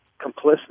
complicit